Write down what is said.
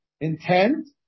intent